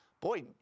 boy